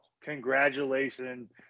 congratulations